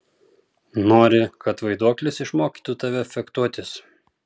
nori kad vaiduoklis išmokytų tave fechtuotis